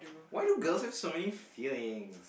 why do girls have so many feeling